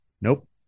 nope